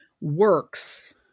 works